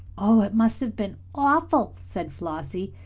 oh, it must have been awful, said flossie.